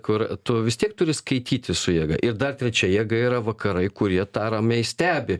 kur tu vis tiek turi skaitytis su jėga ir dar trečia jėga yra vakarai kurie tą ramiai stebi